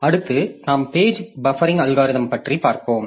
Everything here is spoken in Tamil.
அடுத்து நாம் பேஜ் பஃப்ரிங் அல்காரிதம்ப் பார்ப்போம்